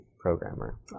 programmer